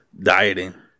dieting